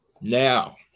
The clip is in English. Now